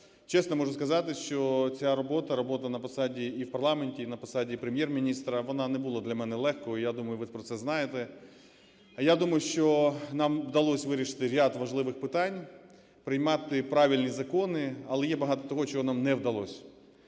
Чесно можу сказати, що ця робота, робота на посаді і в парламенті, і на посаді Прем'єр-міністра, вона не була для мене легкою. Я думаю, ви про це знаєте. Я думаю, що нам вдалося вирішити ряд важливих питань, приймати правильні закони. Але є багато того, чого нам не вдалося.